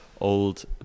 old